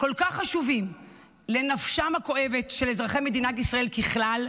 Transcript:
כל כך חשובים לנפשם הכואבת של אזרחי מדינת ישראל בכלל,